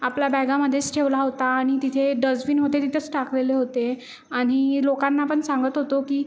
आपल्या बॅगामध्येच ठेवला होता आणि तिथे डस्टबिन होते तिथेच टाकलेले होते आणि लोकांना पण सांगत होतो की